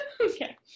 Okay